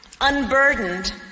unburdened